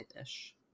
ish